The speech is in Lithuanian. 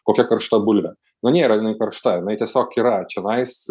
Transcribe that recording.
kokia karšta bulvė na nėra jinai karšta jinai tiesiog yra čionais